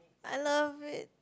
I love it